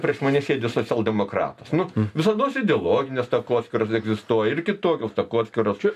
prieš mane sėdi socialdemokratas nu visados ideologinės takoskyros egzistuoja ir kitokios takoskyros čia